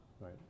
right